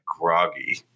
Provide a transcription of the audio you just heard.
groggy